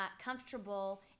comfortable